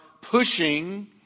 pushing